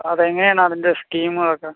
അതെങ്ങനെയാണ് അതിൻ്റെ സ്കീമുകളൊക്കെ